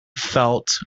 felt